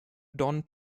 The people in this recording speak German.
don